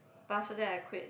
pass then I quit